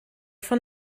von